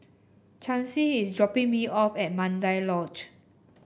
Chancy is dropping me off at Mandai Lodge